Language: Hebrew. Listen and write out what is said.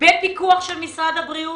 בפיקוח משרד הבריאות?